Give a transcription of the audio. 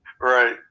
Right